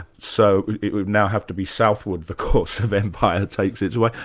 so it would now have to be southward the course of empire takes its way,